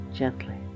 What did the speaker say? Gently